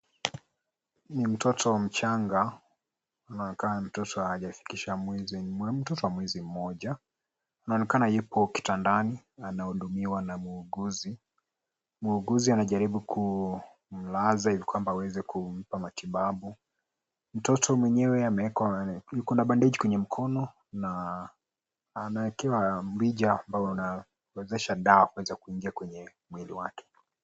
Ni mtoto mchanga. Anaonekana mtoto hajafikisha mwezi ni mtoto wa mwezi mmoja. Anaonekana yupo kitandani. Anahudumiwa na muuguzi. Muuguzi anajaribu kumlaza ili kwamba aweze kumpa matibabu. Mtoto mwenyewe amewekwa yuko na bandage kwenye mkono na anaekewa mrija ambao unawezesha dawa kuweza kuingia kwenye mwili wake.